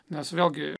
nes vėlgi